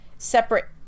separate